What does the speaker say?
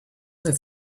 that